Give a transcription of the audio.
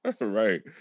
Right